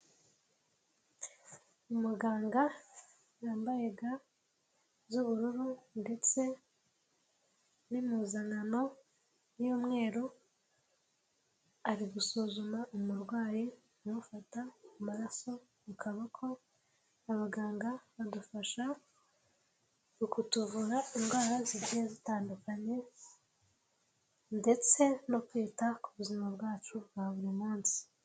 Umuganga wambaye ga z'ubururu ndetse n'impuzankano y'umweru ari gusuzuma umurwayi amufata amaraso mu kaboko, abaganga badufasha kutuvura indwara zigiye zitandukanye ndetse no kwita ku buzima bwacu bwa buri munsi.